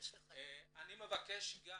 אני מבקש גם